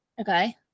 okay